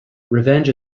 revenge